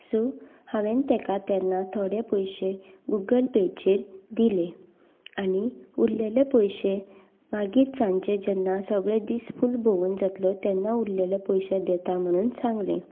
so हांवें ताका तेन्ना थोडे पयशे गुगल पेचेर दिले आनी उरलेले पयशे मागीर सांजेचे जेन्ना सगले दीस फूल भोंवून जातलो तेन्ना उरलेले पयशे देता म्हणून सांगलें